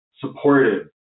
supportive